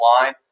line